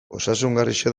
osasungarria